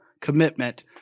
commitment